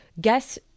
guess